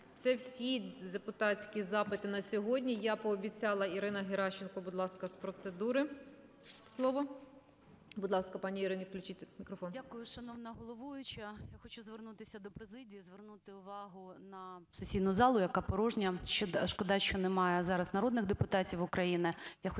Це всі депутатські запити на сьогодні. Я пообіцяла, Ірина Геращенко, будь ласка, з процедури слово. Будь ласка, пані Ірині включіть мікрофон. 12:48:43 ГЕРАЩЕНКО І.В. Дякую, шановна головуюча. Я хочу звернутися до президії, звернути увагу на сесійну залу, яка порожня, шкода, що немає зараз народних депутатів України,